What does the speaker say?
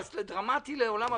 דרמטי לעולם הביטוח?